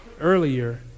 earlier